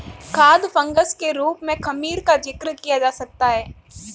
खाद्य फंगस के रूप में खमीर का जिक्र किया जा सकता है